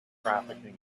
trafficking